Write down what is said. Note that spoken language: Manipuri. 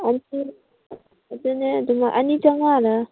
ꯑꯗꯨꯅꯦ ꯑꯅꯤ ꯆꯥꯝꯃꯉꯥꯔ